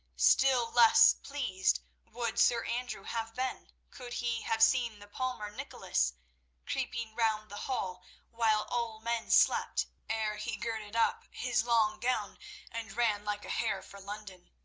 still less pleased would sir andrew have been, could he have seen the palmer nicholas creeping round the hall while all men slept, ere he girded up his long gown and ran like a hare for london.